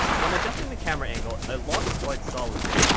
when adjusting the camera angle it locks quite solidly.